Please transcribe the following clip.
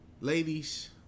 Ladies